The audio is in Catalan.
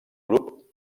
grup